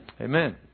Amen